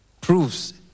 proves